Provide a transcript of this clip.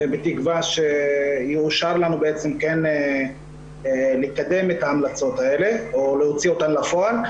בתקווה שיאושר לנו כן לקדם את ההמלצות האלה או להוציא אותן לפועל.